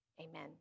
Amen